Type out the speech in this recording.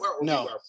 no